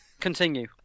continue